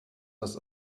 das